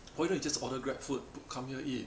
why don't you just order GrabFood come here eat